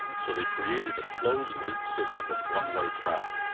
so they created a closed loop system of one-way travel.